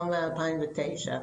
לא מ-2009.